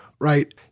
right